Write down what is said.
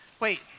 Wait